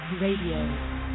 Radio